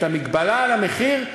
את המגבלה על המחיר,